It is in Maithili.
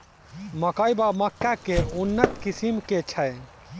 मकई वा मक्का केँ उन्नत किसिम केँ छैय?